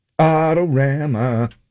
Autorama